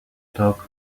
talk